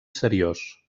seriós